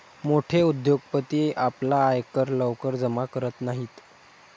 मोठे उद्योगपती आपला आयकर लवकर जमा करत नाहीत